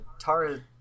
tara